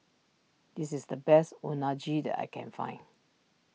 this is the best Unagi that I can find